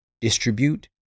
distribute